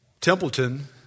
Templeton